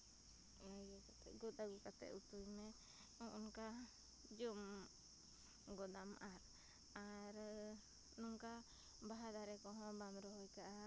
ᱜᱚᱫ ᱟᱹᱜᱩ ᱠᱟᱛᱮᱫ ᱩᱛᱩᱭ ᱢᱮ ᱚᱱᱠᱟ ᱡᱚᱢ ᱜᱚᱫᱟᱢ ᱟᱨ ᱟᱨ ᱚᱱᱠᱟ ᱵᱟᱦᱟ ᱫᱟᱨᱮ ᱠᱚᱦᱚᱸ ᱵᱟᱢ ᱨᱚᱦᱚᱭ ᱠᱟᱜᱼᱟ